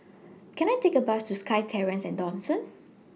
Can I Take A Bus to SkyTerrace At Dawson